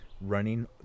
running